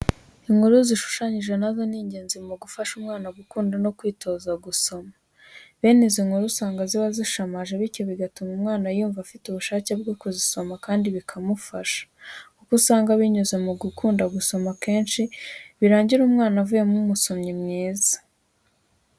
Inkuru zishushanije na zo ni ingenzi mu gufasha abana gukunda no kwitoza gusoma. Bene izi nkuru usanga ziba zishamaje bityo bigatuma umwana yumva afite ubushake byo kuzisoma kandi bikamufasha kuko usanga binyuze mu gukunda gusoma kenshi birangira umwana avuyemo umusomyi mwiza.